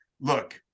look